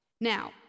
Now